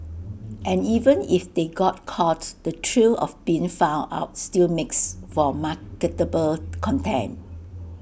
and even if they got caught the thrill of being found out still makes for marketable content